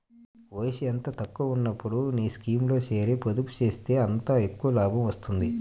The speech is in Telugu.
వయసు ఎంత తక్కువగా ఉన్నప్పుడు ఈ స్కీమ్లో చేరి, పొదుపు చేస్తే అంత ఎక్కువ లాభం వస్తుంది